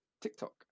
tiktok